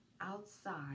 outside